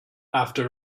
after